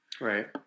Right